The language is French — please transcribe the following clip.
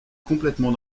complètement